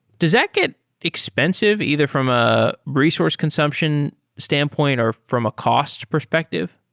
does that get expensive either from a resource consumption standpoint, or from a cost perspective?